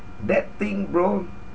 that thing bro